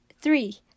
Three